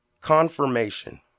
Confirmation